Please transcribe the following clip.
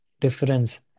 difference